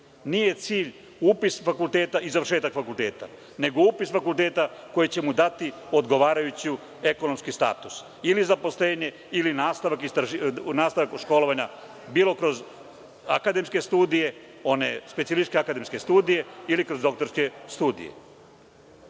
Nije cilj upis fakulteta i završetak fakulteta nego upis fakulteta koji će mu dati odgovarajući ekonomski status. Ili zaposlenje ili nastavak školovanja bilo kroz akademske studije, specijalističke akademske studije ili kroz doktorske studije. Ovo